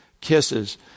kisses